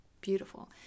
beautiful